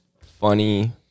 funny